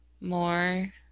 more